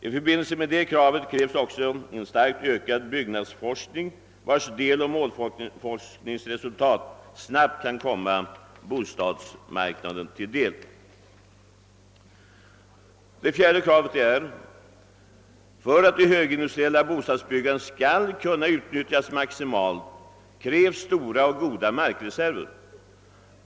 I sammanhang härmed krävs det också en starkt utökad byggnadsforskning, vars deloch målforskningsresultat snabbt kan komma bostadsmarknaden till del. 4, För att det högindustriella bostadsbyggandet skall kunna utnyttjas maximalt krävs stora och goda markreserver.